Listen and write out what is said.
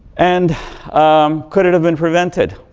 and um could it have been prevented?